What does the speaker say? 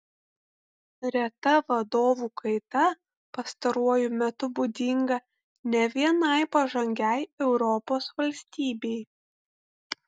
reta vadovų kaita pastaruoju metu būdinga ne vienai pažangiai europos valstybei